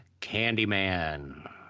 Candyman